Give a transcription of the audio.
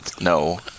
No